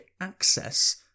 access